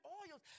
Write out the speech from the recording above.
oils